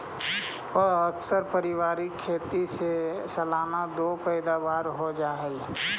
प्अक्सर पारिवारिक खेती से सालाना दो पैदावार हो जा हइ